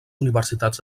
universitats